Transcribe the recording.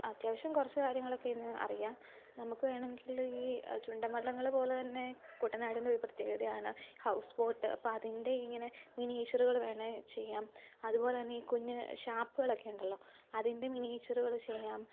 അത്യാവശ്യം കുറച്ച് കാര്യങ്ങളൊക്കെ ഇതിന്ന് അറിയാം നമുക്ക് വേണമെങ്കില് ഈ ചുണ്ടൻ വള്ളങ്ങള് പോലെതന്നെ കുട്ടനാടിൻ്റെ ഒരു പ്രത്യേകതയാണ് ഹൗസ് ബോട്ട് അപ്പോള് അതിൻ്റെ ഇങ്ങനെ മിനിയേച്ചറുകള് വേണമെങ്കില് ചെയ്യാം അതുപോലെതന്നെ ഈ കുഞ്ഞ് ഷാപ്പുകളൊക്കെ ഉണ്ടല്ലോ അതിൻ്റെ മിനിയേച്ചറുകള് ചെയ്യാം